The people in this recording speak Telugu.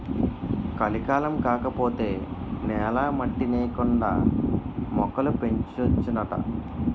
కలికాలం కాకపోతే నేల మట్టి నేకండా మొక్కలు పెంచొచ్చునాట